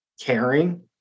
caring